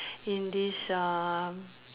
in this uh